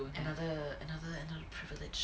another another another privilege